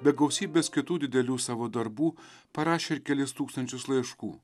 be gausybės kitų didelių savo darbų parašė ir kelis tūkstančius laiškų